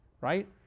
right